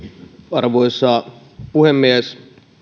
arvoisa puhemies